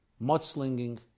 mudslinging